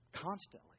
Constantly